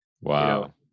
Wow